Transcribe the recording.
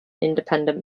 independent